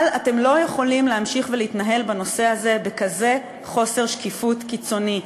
אבל אתם לא יכולים להמשיך להתנהל בנושא הזה בכזה חוסר שקיפות קיצוני.